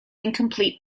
incomplete